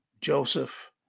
Joseph